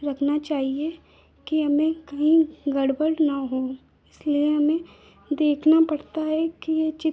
रखना चाहिए कि हमें कहीं गड़बड़ न हो इसलिए हमें देखना पड़ता है कि यह चित्र